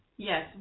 Yes